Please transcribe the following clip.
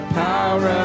power